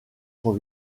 son